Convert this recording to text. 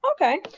Okay